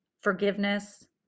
forgiveness